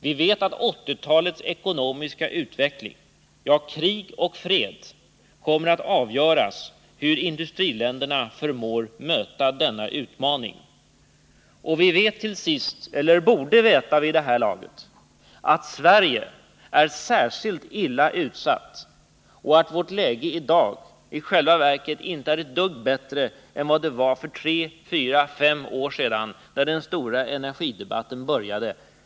Vi vet att 1980-talets ekonomiska utveckling, ja, krig och fred, kommer att avgöras av hur industriländerna förmår möta denna utmaning. Och vi vet till sist — eller vi borde veta vid det här laget — att Sverige är särskilt illa utsatt och att vårt läge i dag i själva verket inte är ett dugg bättre än vad det var för tre, fyra eller fem år sedan när den stora energidebatten började.